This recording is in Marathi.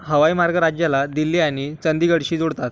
हवाई मार्ग राज्याला दिल्ली आणि चंदीगडशी जोडतात